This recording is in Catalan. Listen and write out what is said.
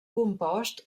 compost